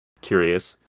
curious